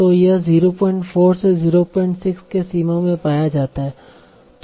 तो यह 04 से 06 की सीमा में पाया जाता है